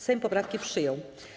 Sejm poprawki przyjął.